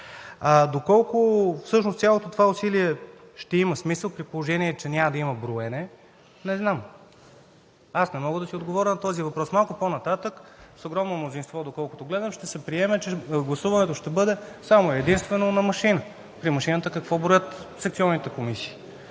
Доколко всъщност това усилие ще има смисъл, при положение че няма да има броене, не знам. Не мога да си отговоря на този въпрос. Малко по-нататък, доколкото гледам с огромно мнозинство, ще се приеме, че гласуването ще бъде само и единствено на машина. При машината какво броят секционните комисии?!